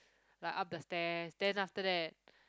like up the stairs then after that